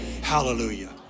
Hallelujah